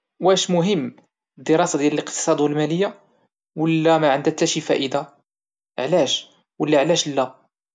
واش مهم الدراسة ديال الاقتصاد والمالية ولا ما عندها حتى شي فائده علاش ولا علاش لا ؟